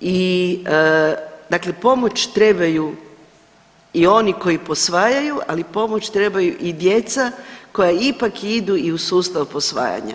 i dakle pomoći trebaju i oni koji posvajaju, ali pomoć trebaju i djeca koja ipak idu i u sustav posvajanja.